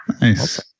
nice